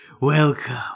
Welcome